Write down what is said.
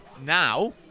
now